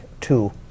two